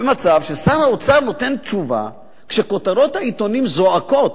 במצב ששר האוצר נותן תשובה כשכותרות העיתונים זועקות